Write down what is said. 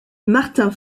martin